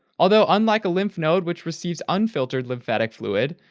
although unlike a lymph node which receives unfiltered lymphatic fluid,